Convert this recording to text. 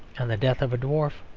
and the death of a dwarf.